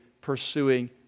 pursuing